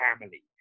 family